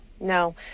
no